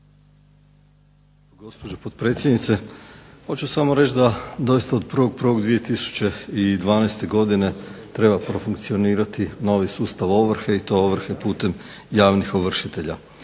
gospođo potpredsjednice. Hoću reći da zaista od 1.1.2012. godine treba profunkcionirati novi sustav ovrhe i to ovrhe putem javnih ovršitelja.